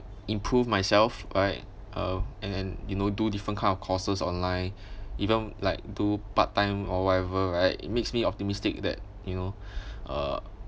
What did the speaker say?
improve myself right uh and then you know do different kind of courses online even like do part time or whatever right it makes me optimistic that you know uh